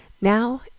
Now